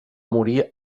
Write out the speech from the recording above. morir